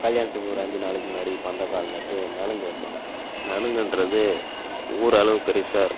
கல்யாணத்துக்கு ஒரு அஞ்சு நாளைக்கு முன்னாடி பந்தக் கால் நட்டு நலங்கு வைப்பாங்க நலங்குன்றது ஊரளவு பெருசாக இருக்கும்